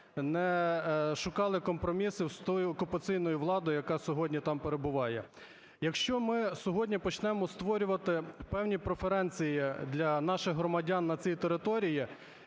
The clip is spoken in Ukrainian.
не шукали компроміси з тою окупаційною владою, яка сьогодні там перебуває. Якщо ми сьогодні почнемо створювати певні преференції для наших громадян на цій території